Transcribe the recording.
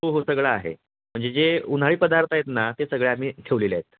हो हो सगळं आहे म्हणजे जे उन्हाळी पदार्थ आहेत ना ते सगळे आम्ही ठेवलेले आहेत